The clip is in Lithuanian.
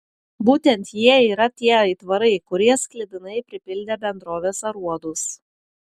būtent jie yra tie aitvarai kurie sklidinai pripildė bendrovės aruodus